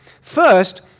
First